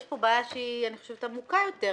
שיש פה בעיה עמוקה יותר.